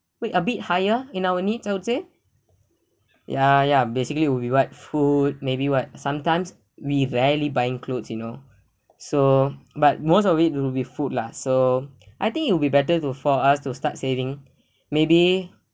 wait a bit higher in our needs I would say ya ya basically we want food maybe what sometimes we rarely buying clothes you know so but most of it will be food lah so I think it'll be better to for us to start saving maybe